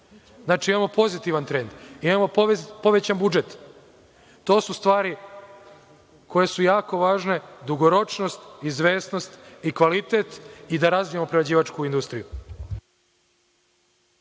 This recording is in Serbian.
Znači, imamo pozitivan trend, imamo povećan budžet. To su stvari koje su jako važne dugoročnost, izvesnost i kvalitet i da razvijemo prerađivačku industriju.